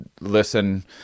listen